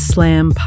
Slam